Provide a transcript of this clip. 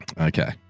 Okay